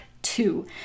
Two